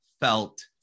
felt